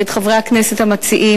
ואת חברי הכנסת המציעים,